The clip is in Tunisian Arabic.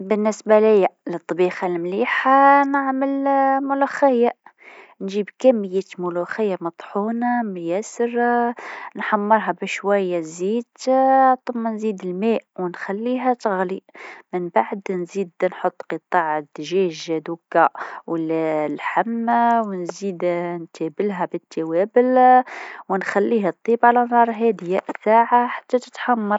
أكيد! نحب نشارك معك طريقة تحضير المكرونة بالبشاميل. أول حاجة، سلق المكرونة في ماء مغلي مملح لمدة تمان الى عشر دقايق. في نفس الوقت، حضّر صوص البشاميل: سخّن شوية زبدة في مقلاة، بعدين أضف ملعقتين طحين وحركهم، ثم صب الحليب بالتدريج مع التقليب لحتى يتكثف. ثم، أضف الملح والفلفل. بعد ما تجهز المكرونة، امزجها مع اللحم المفروم اللي قمت بتقلية مسبقًا (إذا تحب) وصب فوقها البشاميل. حطها في الفرن على درجة حرارة ميا وتمانين لمدة عشرين دقيقة حتى تتحمر. وبالصحة!